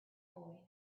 boy